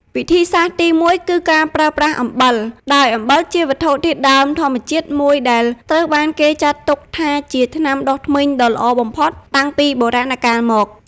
វិធីសាស្រ្តទីមួយគឺការប្រើប្រាស់អំបិល ដោយអំបិលជាវត្ថុធាតុដើមធម្មជាតិមួយដែលត្រូវបានគេចាត់ទុកថាជាថ្នាំដុសធ្មេញដ៏ល្អបំផុតតាំងពីបុរាណកាលមក។